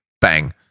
bang